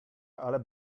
ale